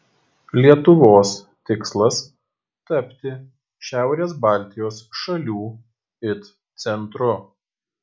lietuvos tikslas tapti šiaurės baltijos šalių it centru